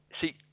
see